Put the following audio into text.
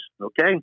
Okay